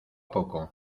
poco